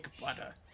butter